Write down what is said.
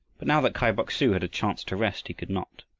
but now that kai bok-su had a chance to rest, he could not.